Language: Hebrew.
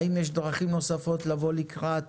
האם יש דרכים נוספות לבוא לקראת